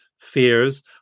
fears